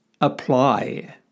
apply